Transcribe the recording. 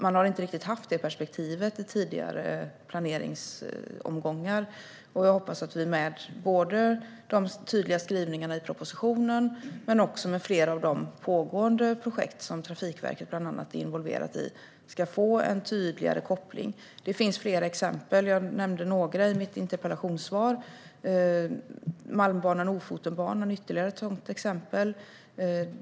Man har inte riktigt haft det perspektivet i tidigare planeringsomgångar, men jag hoppas att vi med både de tydliga skrivningarna i propositionen och flera av de pågående projekt som bland andra Trafikverket är involverat i ska få en tydligare koppling. Det finns flera exempel, och jag nämnde några i mitt interpellationssvar. Malmbanan och Lofotenbanan är ytterligare exempel.